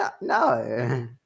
no